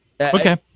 Okay